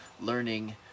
learning